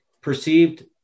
perceived